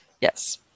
Yes